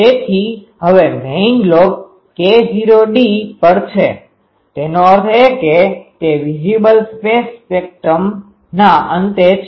તેથી હવે main lobe K૦d પર છે તેનો અર્થ એ કે તે વિઝીબલ સ્પેસ સ્પેક્ટ્રમના અંતે છે